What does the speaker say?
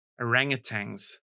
orangutans